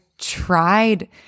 Tried